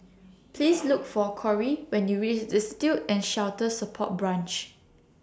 Please Look For Kory when YOU REACH Destitute and Shelter Support Branch